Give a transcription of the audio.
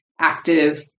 active